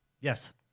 Yes